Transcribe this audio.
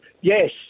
Yes